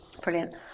Brilliant